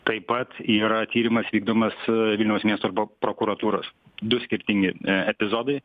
taip pat yra tyrimas vykdomas vilniaus miesto prokuratūros du skirtingi epizodai